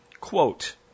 quote